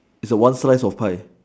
is a one slice of pie